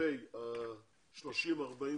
לגבי 40-30